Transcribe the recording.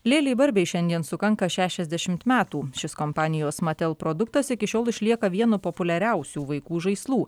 lėlei barbei šiandien sukanka šešiasdešimt metų šis kompanijos matel produktas iki šiol išlieka vienu populiariausių vaikų žaislų